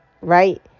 right